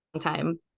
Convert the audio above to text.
time